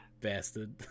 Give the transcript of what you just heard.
bastard